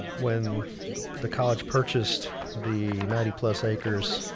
when the the college purchased the ninety plus acres.